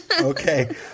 Okay